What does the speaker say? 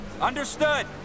Understood